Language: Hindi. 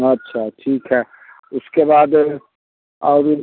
अच्छा ठीक है उसके बाद और